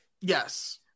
Yes